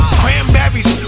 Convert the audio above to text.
cranberries